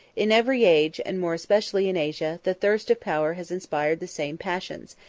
in every age, and more especially in asia, the thirst of power has inspired the same passions,